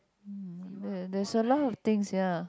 mm ya there's a lot of things ya